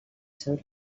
seu